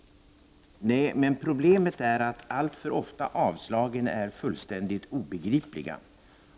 Men problemet är att avslagen alltför ofta är fullständigt obegripliga.